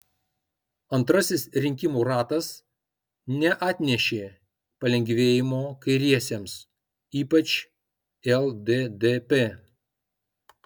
antrasis rinkimų ratas neatnešė palengvėjimo kairiesiems ypač lddp